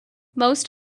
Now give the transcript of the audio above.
most